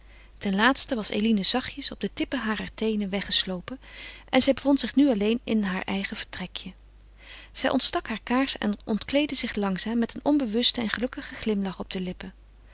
ten laatste was eline zachtjes op de tippen harer teenen weggeslopen en zij bevond zich nu alleen in haar eigen vertrekje zij ontstak haar kaars en ontkleedde zich langzaam met een onbewusten en gelukkigen glimlach op de lippen